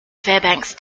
fairbanks